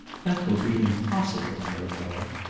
that will be impossible, arabella.